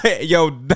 Yo